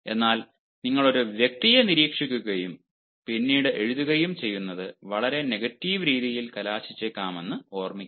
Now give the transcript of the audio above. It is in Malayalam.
എന്നാൽ നിങ്ങൾ ഒരു വ്യക്തിയെ നിരീക്ഷിക്കുകയും പിന്നീട് എഴുതുകയും ചെയ്യുന്നത് വളരെ നെഗറ്റീവ് രീതിയിൽ കലാശിച്ചേക്കാമെന്ന് ഓർമ്മിക്കുക